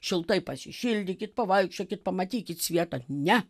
šiltai pasišildykit pavaikščiokit pamatykit svietą ne